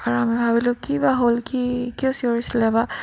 আৰু আমি ভাবিলোঁ কি বা হ'ল কি কিয় চিঞৰিছিলে বা